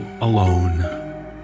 alone